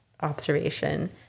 observation